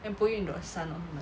then put you in the sun orh 他们